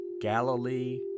Galilee